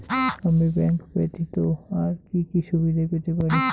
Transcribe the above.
আমি ব্যাংক ব্যথিত আর কি কি সুবিধে পেতে পারি?